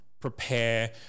Prepare